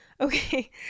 Okay